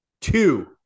Two